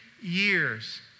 years